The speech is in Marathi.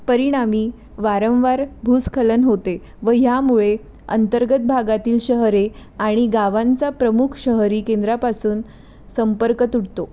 परिणामी वारंवार भूस्खलन होते व यामुळे अंतर्गत भागातील शहरे आणि गावांचा प्रमुख शहरी केंद्रापासून संपर्क तुटतो